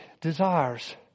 desires